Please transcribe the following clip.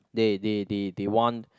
they they they they want